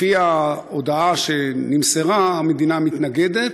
לפי ההודעה שנמסרה המדינה מתנגדת,